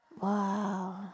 Wow